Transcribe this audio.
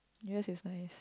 yours is nice